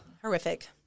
horrific